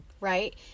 Right